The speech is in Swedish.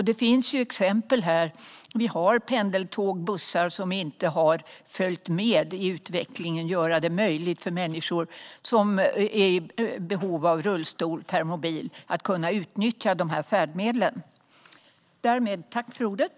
Det finns ju exempel: Vi har pendeltåg och bussar som inte har följt med i utvecklingen när det gäller att göra det möjligt för människor som är i behov av rullstol eller permobil att utnyttja dessa färdmedel.